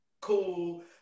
cool